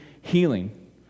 healing